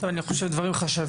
אני חושב שאלה דברים חשובים.